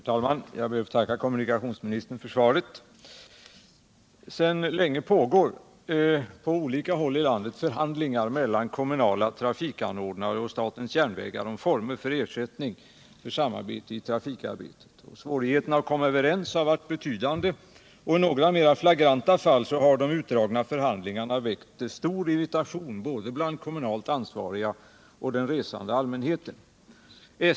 Herr talman! Jag ber att få tacka kommunikationsministern för svaret. Sedan länge pågår på olika håll i landet förhandlingar mellan kommunala trafikanordnare och statens järnvägar om former och ersättning för samverkan i trafikarbetet. Svårigheterna att komma överens har varit betydande, och i några mer flagranta fall har de utdragna förhandlingarna väckt stor irritation hos både kommunalt ansvariga och den resande allmänheten.